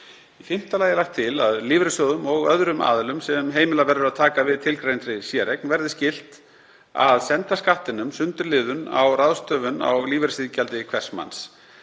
Í fimmta lagi er lagt til að lífeyrissjóðum og öðrum aðilum sem heimilað verður að taka við tilgreindri séreign verði gert skylt að senda Skattinum sundurliðun á ráðstöfun á lífeyrisiðgjaldi hvers manns.